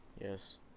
Yes